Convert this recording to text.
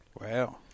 Wow